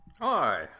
Hi